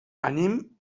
anem